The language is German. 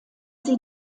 sie